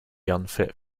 unfit